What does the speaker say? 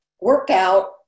workout